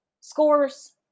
scores